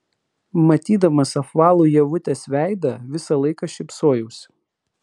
matydamas apvalų ievutės veidą visą laiką šypsojausi